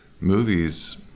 movies